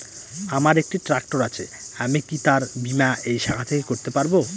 আমার একটি ট্র্যাক্টর আছে আমি কি তার বীমা এই শাখা থেকে করতে পারব?